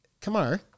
Kamar